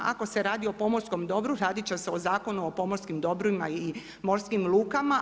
Ako se radi o pomorskom dobru radit će se o Zakonu o pomorskim dobrima i morskim lukama.